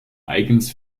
eigens